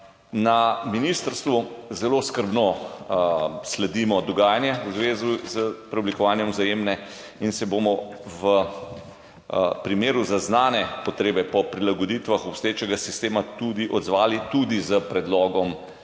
Na ministrstvu zelo skrbno sledimo dogajanju v zvezi s preoblikovanjem Vzajemne in se bomo v primeru zaznane potrebe po prilagoditvah obstoječega sistema tudi odzvali, tudi s predlogom